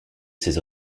ses